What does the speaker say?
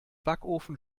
backofen